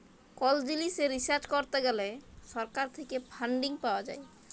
call জিলিসে research করত গ্যালে সরকার থেক্যে ফান্ডিং পাওয়া যায়